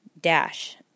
dash